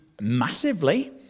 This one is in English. massively